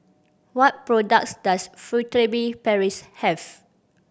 what products does Furtere Paris have